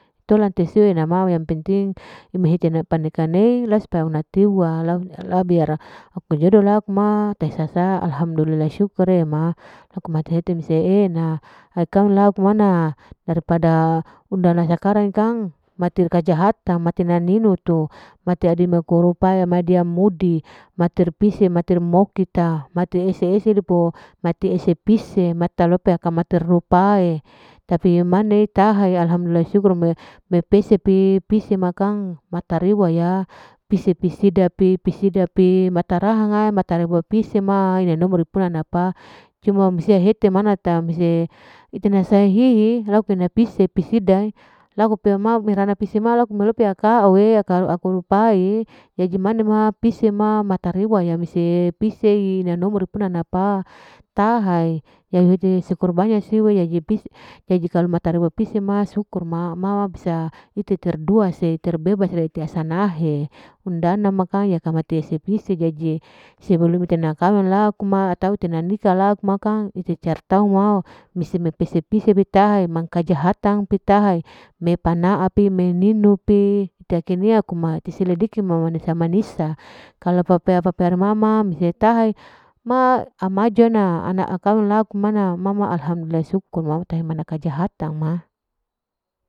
Tolan tesiu nama oyang penting imehete paneka, paneka nei langsung pauna tiwa, la biar kasi jodo ma tahi sasa, alhamdulillah syukurillah, syukulilla ma syukumati hete e'ena, kawengla aku ana daripada undana sakarang kang matir kajahatang, tamat tinaninu tu, mati aidini laku rupae riya mudi mater pise mater mukita mate ese ese diapu, mate ise pise alope mater laku rupae tapi maneta tahya, alhamdulillah syukur, mepese pi pise ma kang matari waya. pisedapi pisida pi matarahang mae matara dua pise ma mae na nomor, mana puna napa cuman musia hete, hete manata hese hete na sai hi hiter napise pisida, laku beoma merana pesema melope mekau riya, riya ka aku rupai jadi mane ma pise ma mata riwaya mise pise anunapa tahai syukur banya pise ma syukur ma mama bisa hiter tu dua ter bebas tiasan nahe undana naka pise jaji sebelum makang pise-pise mang kajahatan pitahai mepana nenupi diselidiki manisa-manisa ama jona mama alhamdulillah syukur kajahatan'a.